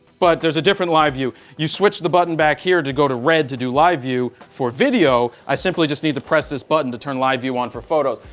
but there is a different live view. you switch the button back here to go to red to do live view for video. i simply just need to press this button to turn live view on for photos.